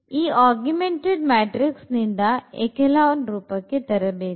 ಈ augumented matrix ನಿಂದ echelon ರೂಪಕ್ಕೆ ತರಬೇಕು